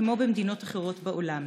כמו במדינות אחרות בעולם.